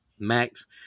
Max